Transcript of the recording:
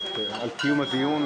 על קיום הדיון.